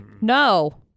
No